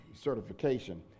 certification